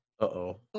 Uh-oh